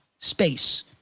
space